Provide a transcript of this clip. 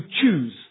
choose